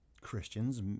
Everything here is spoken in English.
Christians